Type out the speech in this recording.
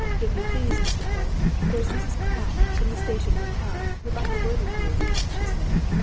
if you please, mr. polke, there's mrs. pratt, from the station hotel, would like a word with you, she said.